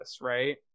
Right